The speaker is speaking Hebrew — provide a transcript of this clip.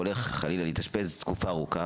והולך חלילה להתאשפז תקופה ארוכה,